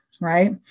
right